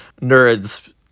nerds